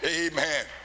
Amen